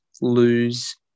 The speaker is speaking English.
lose